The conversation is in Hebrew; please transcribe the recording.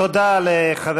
תודה לחבר